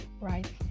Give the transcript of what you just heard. right